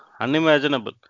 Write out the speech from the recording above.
unimaginable